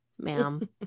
ma'am